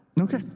Okay